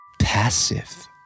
passive